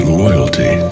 loyalty